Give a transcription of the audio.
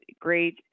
great